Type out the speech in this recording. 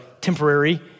temporary